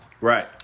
Right